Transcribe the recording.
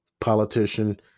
politician